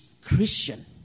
Christian